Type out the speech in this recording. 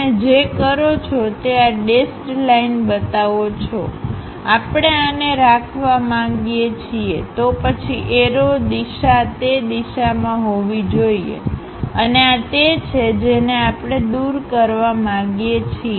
તમે જે કરો છો તે આ ડેશ્ડલાઇન બતાવો છોઆપણે આને રાખવા માંગીએ છીએતો પછી એરો દિશા તે દિશામાં હોવી જોઈએ અને આ તે છે જેને આપણે દૂર કરવા માગીએ છીએ